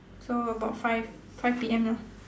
so about five five P_M lah